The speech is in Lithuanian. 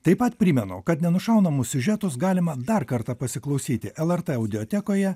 taip pat primenu kad nenušaunamus siužetus galima dar kartą pasiklausyti lrt audiotekoje